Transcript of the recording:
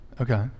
Okay